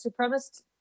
supremacist